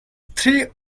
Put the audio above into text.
three